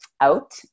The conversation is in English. out